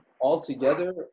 altogether